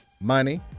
money